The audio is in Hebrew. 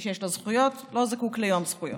מי שיש לו זכויות לא זקוק ליום זכויות.